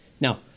Now